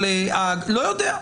לא יודע.